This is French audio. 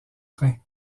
rhin